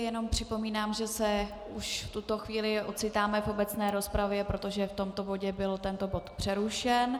Jenom připomínám, že v tuto chvíli už se ocitáme v obecné rozpravě, protože v tomto bodě byl tento bod přerušen.